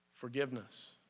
Forgiveness